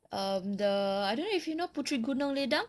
um the I don't know if you know the puteri gunung ledang